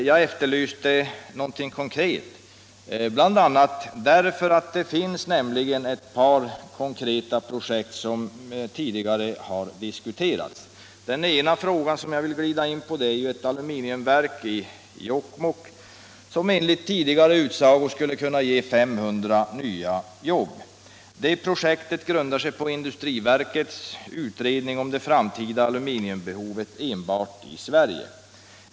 Jag efterlyste någonting konkret, bl.a. därför att det finns ett par konkreta projekt som tidigare har diskuterats. Den ena frågan som jag vill komma in på är frågan om ett aluminiumverk i Jokkmokk, som enligt tidigare utsagor skulle kunna ge 500 nya jobb. Det projektet grundar sig på industriverkets utredning om det framtida aluminiumbehovet enbart i Sverige.